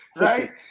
right